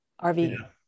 RV